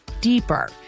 deeper